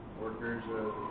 workers